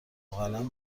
قلم